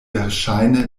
verŝajne